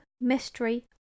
mystery